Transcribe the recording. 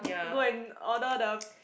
go and order the